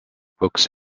books